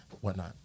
whatnot